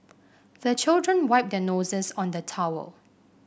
the children wipe their noses on the towel